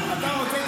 אתה רוצה,